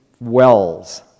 wells